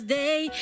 day